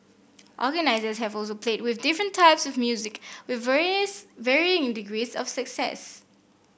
organisers have also played with different types of music with varies varying in degrees of success